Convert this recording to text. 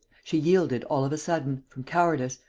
she yielded all of a sudden, from cowardice,